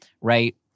right